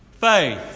faith